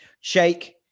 shake